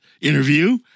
interview